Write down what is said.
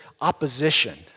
opposition